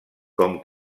com